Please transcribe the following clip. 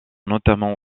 notamment